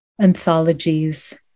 anthologies